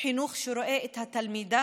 חינוך שרואה את התלמידה,